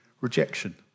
rejection